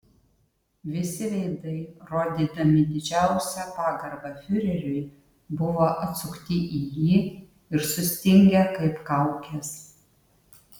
visi veidai rodydami didžiausią pagarbą fiureriui buvo atsukti į jį ir sustingę kaip kaukės